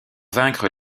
vaincre